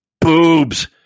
boobs